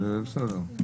בסדר.